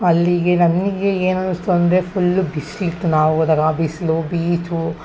ಅಲ್ಲಿಗೆ ನಮಗೆ ಏನು ಅನಿಸ್ತು ಅಂದರೆ ಫುಲ್ಲು ಬಿಸ್ಲು ಇತ್ತು ನಾವು ಹೋದಾಗ ಆ ಬಿಸಿಲು ಬೀಚು